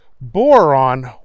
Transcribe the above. Boron